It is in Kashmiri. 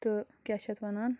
تہٕ کیٛاہ چھِ یَتھ وَنان